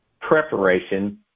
preparation